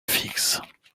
fixes